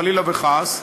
חלילה וחס,